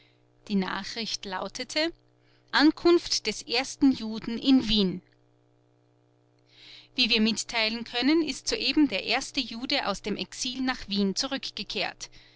die nachricht lautete ankunft des ersten juden in wien wie wir mitteilen können ist soeben der erste jude aus dem exil nach wien zurückgekehrt